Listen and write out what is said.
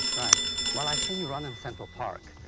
right. well, i've seen you run in central park.